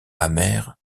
amer